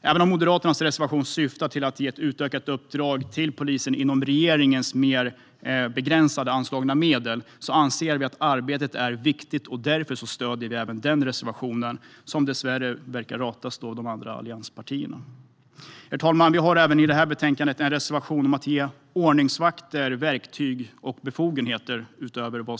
Även om Moderaternas reservation syftar till att ge ett utökat uppdrag till polisen inom regeringens mer begränsade anslagna medel anser vi att arbetet är viktigt, och därför stöder vi den reservationen, som dessvärre verkar ratas av de andra allianspartierna. Herr talman! Vi har även i det här betänkandet en reservation om att ge ordningsvakter utökade verktyg och befogenheter.